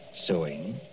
sewing